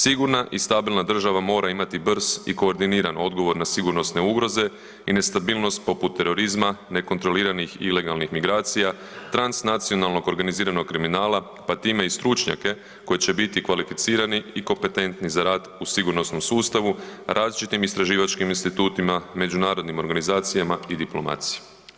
Sigurna i stabilna država mora imati brz i koordiniran odgovor na sigurnosne ugroze i nestabilnost poput terorizma, nekontroliranih ilegalnih migracija, transnacionalno organiziranog kriminala pa time i stručnjake koji će biti kvalificirani i kompetentni za rad u sigurnosnom sustavu, različitim istraživačkim institutima, međunarodnim organizacijama i diplomaciji.